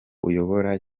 uyobora